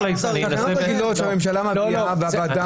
אורי,